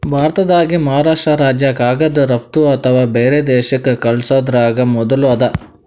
ಭಾರತ್ದಾಗೆ ಮಹಾರಾಷ್ರ್ಟ ರಾಜ್ಯ ಕಾಗದ್ ರಫ್ತು ಅಥವಾ ಬ್ಯಾರೆ ದೇಶಕ್ಕ್ ಕಲ್ಸದ್ರಾಗ್ ಮೊದುಲ್ ಅದ